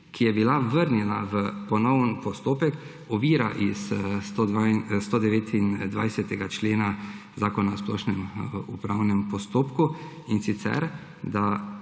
ki je bila vrnjena v ponovni postopek, ovira iz 129. člena Zakona o splošnem upravnem postopku, in sicer da